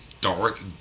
dark